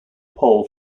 pole